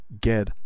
get